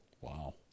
Wow